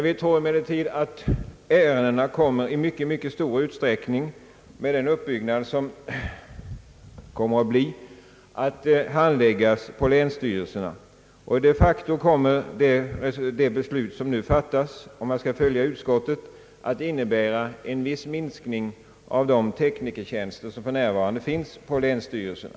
Vi tror emellertid att ärendena med den utbyggnad, som man får, i mycket stor utsträckning kommer att handläggas på länsstyrelserna, och de facto kommer det beslut som nu fattas — om man följer utskottet — att innebära en viss minskning av de teknikertjänster som för närvarande finns på länsstyrelserna.